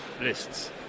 lists